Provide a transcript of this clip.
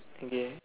okay